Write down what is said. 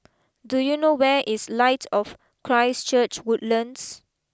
do you know where is Light of Christ Church Woodlands